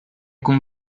kun